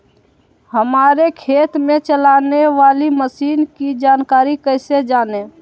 हमारे खेत में चलाने वाली मशीन की जानकारी कैसे जाने?